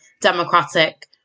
democratic